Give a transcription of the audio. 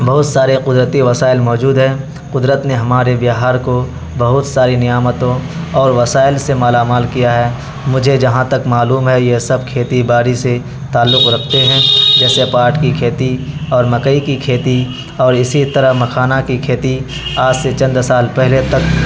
بہت سارے قدرتی وسائل موجود ہیں قدرت نے ہمارے بہار کو بہت ساری نعمتوں اور وسائل سے مالا مال کیا ہے مجھے جہاں تک معلوم ہے یہ سب کھیتی باڑی سے تعلق رکھتے ہیں جیسے پاٹ کی کھیتی اور مکئی کی کھیتی اور اسی طرح مکھانا کی کھیتی آج سے چند سال پہلے تک